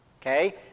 Okay